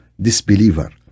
disbeliever